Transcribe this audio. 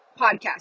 podcast